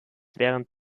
während